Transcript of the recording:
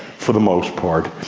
for the most part,